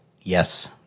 yes